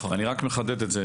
אני רק מחדד את זה,